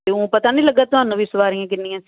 ਕਿਓਂ ਪਤਾ ਨੀ ਲੱਗਾ ਤੁਆਨੂੰ ਵੀ ਸੁਆਰੀਆਂ ਕਿੰਨੀਆਂ ਸੀ